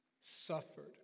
suffered